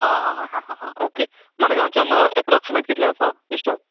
आं हां हां हां हां ओके मडगांवच्यान एप्रोक्समेट कितलें आसा डिस्टन्स